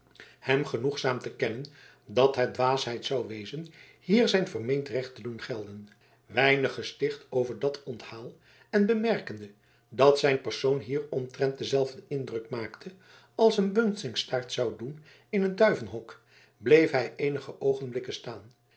hem genoegzaam te kennen dat het dwaasheid zou wezen hier zijn vermeend recht te doen gelden weinig gesticht over dat onthaal en bemerkende dat zijn persoon hier omtrent denzelfden indruk maakte als een bunsingstaart zou doen in een duivenhok bleef hij eenige oogenblikken staan